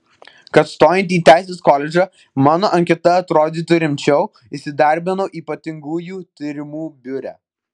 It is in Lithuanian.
kad stojant į teisės koledžą mano anketa atrodytų rimčiau įsidarbinau ypatingųjų tyrimų biure